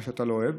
מה שאתה לא אוהב,